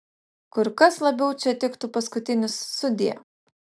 kur kas labiau čia tiktų paskutinis sudie